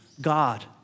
God